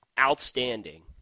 outstanding